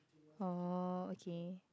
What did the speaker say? oh okay